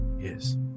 Yes